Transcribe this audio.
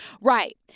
Right